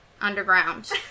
underground